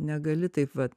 negali taip vat